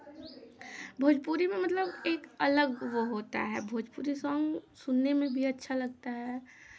भोजपुरी में मतलब एक अलग वो होता है भोजपुरी सॉन्ग सुनने में भी अच्छा लगता है